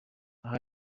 aha